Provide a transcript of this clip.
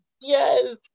Yes